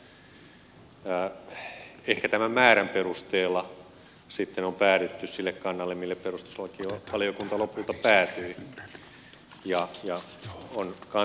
ehkä tämän määrän perusteella sitten on päädytty sille kannalle mille perustuslakivaliokunta lopulta päätyi ja on kantansa muodostanut